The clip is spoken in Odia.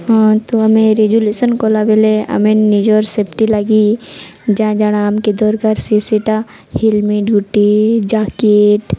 ହଁ ତୁ ଆମେ ରେଜୁଲସନ୍ କଲାବେଳେ ଆମେ ନିଜର ସେଫ୍ଟି ଲାଗି ଯାହା ଜଣା ଆମକେ ଦରକାର ସ ସେଇଟା ହେଲମେଟ୍ ଗୁଟି ଜ୍ୟାକେଟ୍